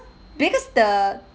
because the